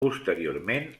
posteriorment